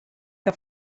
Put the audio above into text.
que